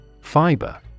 Fiber